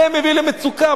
זה מביא למצוקה.